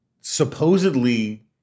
supposedly